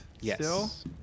Yes